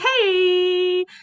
hey